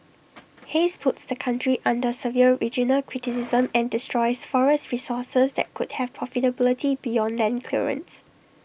haze puts the country under severe regional criticism and destroys forest resources that could have profitability beyond land clearance